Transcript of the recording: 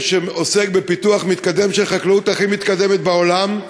שעוסק בפיתוח מתקדם של החקלאות הכי מתקדמת בעולם,